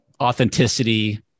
authenticity